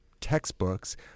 textbooks